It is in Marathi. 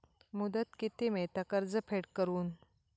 मुदत किती मेळता कर्ज फेड करून?